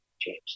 James